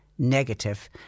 negative